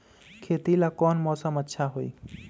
खेती ला कौन मौसम अच्छा होई?